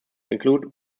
include